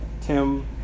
Tim